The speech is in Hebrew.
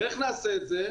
ואיך נעשה את זה?